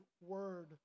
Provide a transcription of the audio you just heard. Word